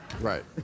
Right